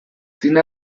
txina